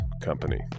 company